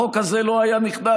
החוק הזה לא היה נכנס,